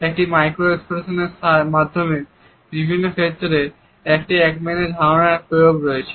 একটি মাইক্রোএক্সপ্রেশন এর মাধ্যমে বিভিন্ন ক্ষেত্রে একম্যানের ধারনার প্রয়োগ রয়েছে